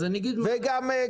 בנוסף,